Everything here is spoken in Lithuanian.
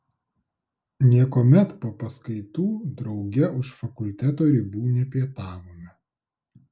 niekuomet po paskaitų drauge už fakulteto ribų nepietavome